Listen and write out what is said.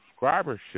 subscribership